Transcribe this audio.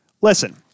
Listen